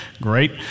great